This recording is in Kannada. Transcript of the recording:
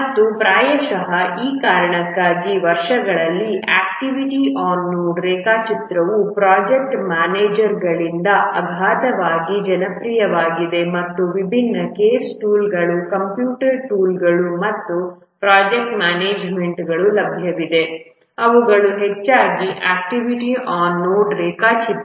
ಮತ್ತು ಪ್ರಾಯಶಃ ಆ ಕಾರಣಕ್ಕಾಗಿ ವರ್ಷಗಳಲ್ಲಿ ಆಕ್ಟಿವಿಟಿ ಆನ್ ನೋಡ್ ರೇಖಾಚಿತ್ರವು ಪ್ರೊಜೆಕ್ಟ್ ಮ್ಯಾನೇಜರ್ಗಳಿಂದ ಅಗಾಧವಾಗಿ ಜನಪ್ರಿಯವಾಗಿದೆ ಮತ್ತು ವಿಭಿನ್ನ CASE ಟೂಲ್ಗಳು ಕಂಪ್ಯೂಟರ್ ಟೂಲ್ಗಳು ಮತ್ತು ಪ್ರೊಜೆಕ್ಟ್ ಮ್ಯಾನೇಜ್ಮೆಂಟ್ಗಳು ಲಭ್ಯವಿವೆ ಅವುಗಳು ಹೆಚ್ಚಾಗಿ ಆಕ್ಟಿವಿಟಿ ಆನ್ ನೋಡ್ ರೇಖಾಚಿತ್ರ